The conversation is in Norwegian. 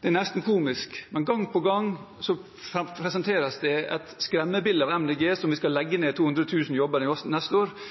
Det er nesten komisk, men gang på gang presenteres det et skremmebilde av Miljøpartiet De Grønne som om vi skal legge ned 200 000 jobber neste år.